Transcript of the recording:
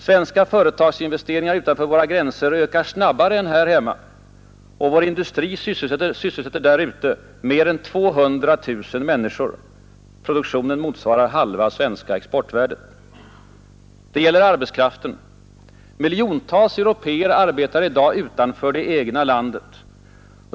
Svenska företagsinvesteringar utanför våra gränser ökar snabbare än här hemma, och vår industri sysselsätter där ute mer än 200 000 människor. Produktionen motsvarar halva det svenska exportvärdet. Det gäller arbetskraften. Miljontals européer arbetar i dag utanför det egna landet.